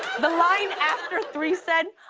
the line after three said,